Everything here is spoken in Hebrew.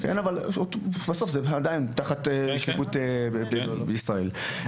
בסוף זה תחת השיפוט בישראל.